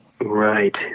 Right